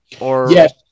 Yes